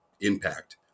impact